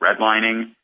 redlining